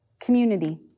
community